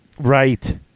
Right